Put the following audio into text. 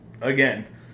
Again